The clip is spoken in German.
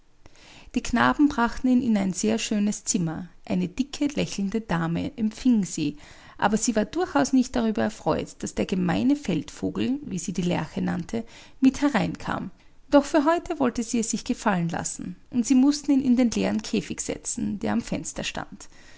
die knaben brachten ihn in ein sehr schönes zimmer eine dicke lächelnde dame empfing sie aber sie war durchaus nicht darüber erfreut daß der gemeine feldvogel wie sie die lerche nannte mit hereinkam doch für heute wollte sie es sich gefallen lassen und sie mußten ihn in den leeren käfig setzen der am fenster stand